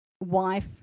wife